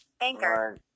Anchor